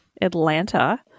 Atlanta